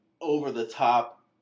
over-the-top